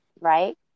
right